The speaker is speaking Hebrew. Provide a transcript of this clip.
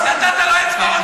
נתת לו אצבע,